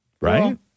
Right